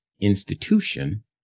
institution